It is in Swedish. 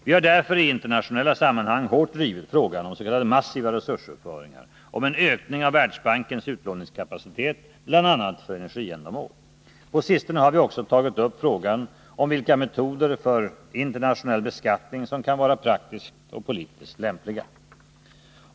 Vi har därför i internationella sammanhang hårt drivit frågan om s.k. massiva resursöverföringar, om en ökning av Världsbankens utlåningskapacitet, bl.a. för energiändamål. På sistone har vi också tagit upp frågan om vilka metoder för internationell beskattning som kan vara praktiskt och politiskt lämpliga.